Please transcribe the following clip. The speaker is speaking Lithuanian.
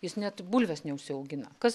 jis net bulvės neužsiaugina kas